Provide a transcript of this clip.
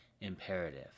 imperative